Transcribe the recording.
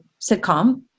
sitcom